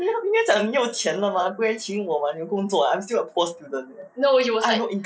因为他明明讲你有钱了 mah 不会请我 meh 你有工作 eh I'm still a poor student I have not income